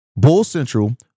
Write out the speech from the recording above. BULLCENTRAL